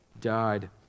died